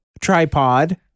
Tripod